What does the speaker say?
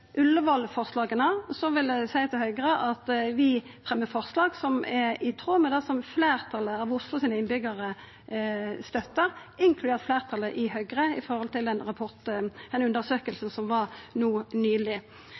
Eg vil seia til Høgre at vi fremjar forslag som er i tråd med det som fleirtalet av Oslos innbyggjarar støttar, inkludert fleirtalet i Høgre, ifølgje den undersøkinga som var no nyleg. Til